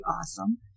awesome